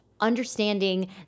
understanding